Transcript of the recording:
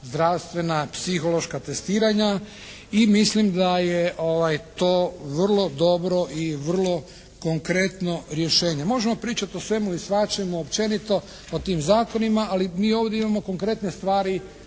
zdravstvena, psihološka testiranja i mislim da je to vrlo dobro i vrlo konkretno rješenje. Možemo pričati o svemu i svačemu, općenito o tim zakonima ali mi ovdje imamo konkretne stvari